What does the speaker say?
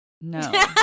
no